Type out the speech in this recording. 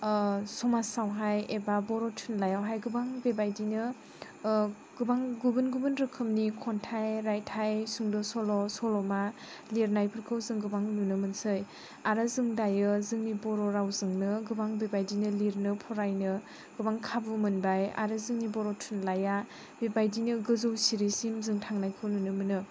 समाजावहाय एबा बर' थुनलाइयावहाय गोबां बेबायदिनो गोबां गुबुन गुबुन रोखोमनि खन्थाइ रायथाय सुंद' सल' सल'मा लिरनायफोरखौ जों गोबां नुनो मोनसै आरो जों दायो जोंनि बर' रावजोंनो गोबां बेबायदिनो लिरनो फरायनो गोबां खाबु मोनबाय आरो जोंनि बर' थुनलाइया बेबायदिनो गोजौ सिरिसिम जों थांनायखौ नुनो मोनो